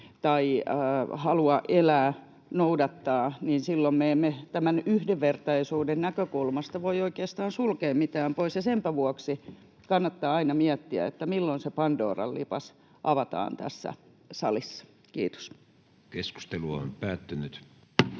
tai halua elää noudattaa, niin silloin me emme tämän yhdenvertaisuuden näkökulmasta voi oikeastaan sulkea mitään pois, ja senpä vuoksi kannattaa aina miettiä, milloin se pandoran lipas avataan tässä salissa. — Kiitos. Toiseen käsittelyyn